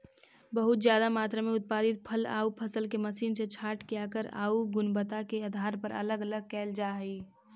बहुत ज्यादा मात्रा में उत्पादित फल आउ फसल के मशीन से छाँटके आकार आउ गुणवत्ता के आधार पर अलग अलग कैल जा हई